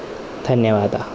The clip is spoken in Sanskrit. धन्यवादः